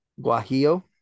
guajillo